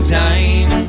time